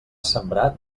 sembrat